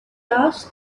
asked